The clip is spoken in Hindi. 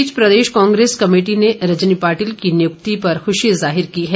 इस बीच प्रदेश कांग्रेस कमेटी ने रजनी पाटिल की नियुक्ति पर खुशी जाहिर की है